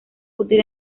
útil